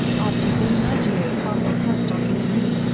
after dimaggio passed a test on his knee,